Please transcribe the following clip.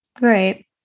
Right